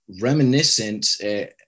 reminiscent